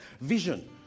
vision